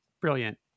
Brilliant